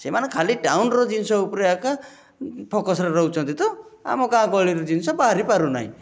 ସେମାନେ ଖାଲି ଟାଉନ୍ର ଜିନିଷ ଉପରେ ଏକା ଫୋକସ୍ରେ ରହୁଛନ୍ତି ତ ଆମ ଗାଁ ଗହଳିର ଜିନିଷ ବାହାରି ପାରୁନାହିଁ